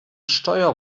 steuer